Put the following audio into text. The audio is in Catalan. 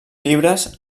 llibres